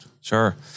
Sure